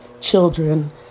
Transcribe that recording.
children